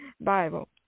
Bible